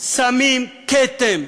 שמים כתם,